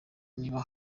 niba